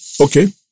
Okay